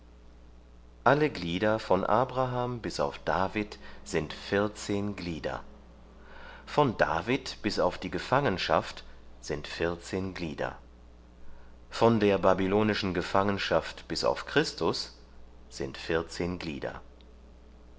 alle glieder von abraham bis auf david sind vierzehn glieder von david bis auf die gefangenschaft sind vierzehn glieder von der babylonischen gefangenschaft bis auf christus sind vierzehn glieder